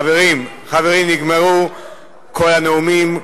חברים, חברים, נגמרו כל הנאומים,